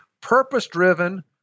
purpose-driven